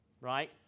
right